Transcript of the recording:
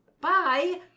bye